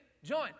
Join